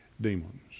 demons